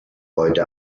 heute